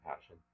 passion